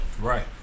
right